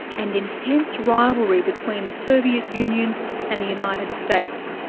and intense rivalry between the soviet union and the united states.